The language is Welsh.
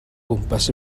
gwmpas